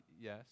Yes